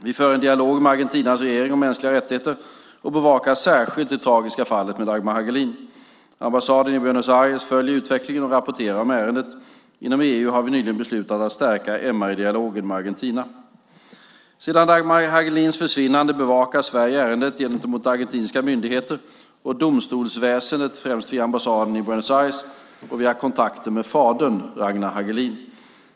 Vi för en dialog med Argentinas regering om mänskliga rättigheter och bevakar särskilt det tragiska fallet med Dagmar Hagelin. Ambassaden i Buenos Aires följer utvecklingen och rapporterar om ärendet. Inom EU har vi nyligen beslutat att stärka MR-dialogen med Argentina. Sedan Dagmar Hagelins försvinnande bevakar Sverige ärendet gentemot argentinska myndigheter och domstolsväsendet - främst via ambassaden i Buenos Aires - och via kontakter med fadern Ragnar Hagelin.